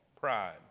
Pride